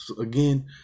again